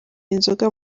inzoga